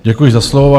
Děkuji za slovo.